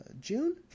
June